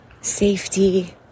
safety